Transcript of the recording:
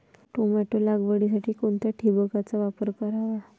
Tomato लागवडीसाठी कोणत्या ठिबकचा वापर करावा?